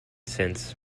since